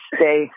stay